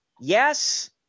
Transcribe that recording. Yes